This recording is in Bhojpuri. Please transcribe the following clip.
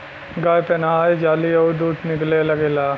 गाय पेनाहय जाली अउर दूध निकले लगेला